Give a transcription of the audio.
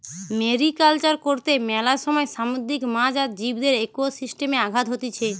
mariculture কর্তে মেলা সময় সামুদ্রিক মাছ আর জীবদের একোসিস্টেমে আঘাত হতিছে